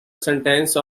sentence